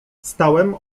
stałem